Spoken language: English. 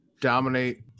dominate